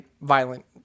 violent